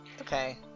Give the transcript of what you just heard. okay